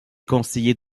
conseillers